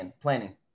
planning